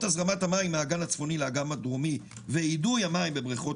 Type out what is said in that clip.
הזרמת המים מהאגן הצפוני לאגם הדרומי ואידוי המים בבריכות